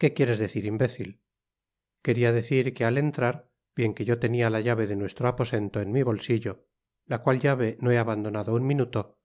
que quieres decir imbécil queria decir que al entrar bien que yo tenia la llave de vuestro aposento en mi bolsillo la cual llave no he abandonado un minuto